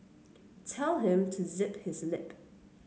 tell him to zip his lip